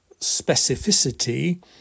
specificity